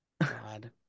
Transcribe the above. god